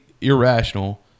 irrational